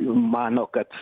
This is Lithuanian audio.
mano kad